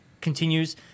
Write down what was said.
continues